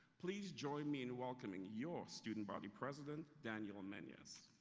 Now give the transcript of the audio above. please join me in welcoming your student body president, daniele menez.